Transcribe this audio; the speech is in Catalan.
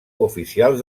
oficials